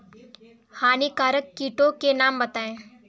हानिकारक कीटों के नाम बताएँ?